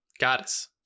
goddess